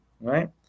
Right